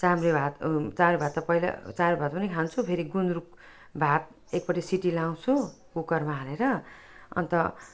चाम्रे भात चाम्रे भात त पहिला चाम्रे भात पनि खान्छु फेरि गुन्द्रुक भात एकपट्टि सिटी लगाउँछु कुकरमा हालेर अन्त